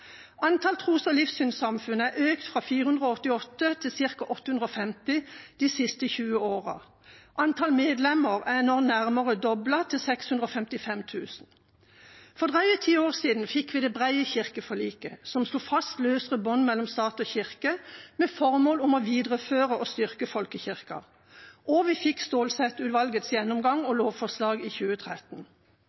Antall tros- og livssynssamfunn er økt fra 488 til ca. 850 de siste 20 årene. Antall medlemmer er nå nærmere doblet, til 655 000. For drøye ti år siden fikk vi det brede kirkeforliket, som slo fast løsere bånd mellom stat og kirke, med formål om å videreføre og styrke folkekirken, og vi fikk Stålsett-utvalgets gjennomgang og lovforslag i 2013.